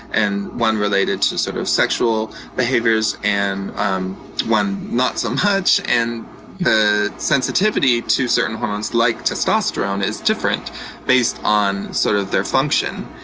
and one related to sort of sexual behaviors and um one not so much. and the sensitivity to certain hormones like testosterone is different based on sort of their function.